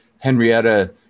Henrietta